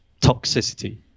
toxicity